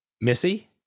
Missy